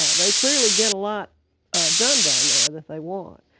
ah they clearly get a lot done down there if they want.